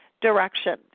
direction